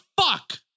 fuck